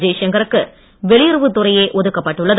ஜெய்சங்கரக்கு வெளியுறவுத் துறையே ஒதுக்கப்பட்டுள்ளது